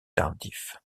tardif